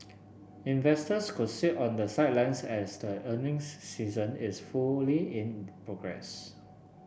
investors could sit on the sidelines as the earnings season is fully in progress